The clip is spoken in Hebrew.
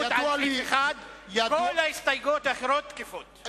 לסעיף 1. כל ההסתייגויות האחרות תקפות.